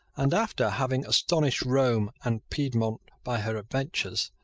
and, after having astonished rome and piedmont by her adventures,